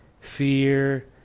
fear